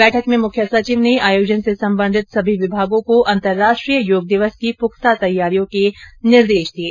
बैठक में मुख्य सचिव ने आयोजन से संबँधित सभी विमागों को अन्तरराष्ट्रीय योग दिवस की पुख्ता तैयारियों के निर्देश दिये